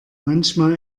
manchmal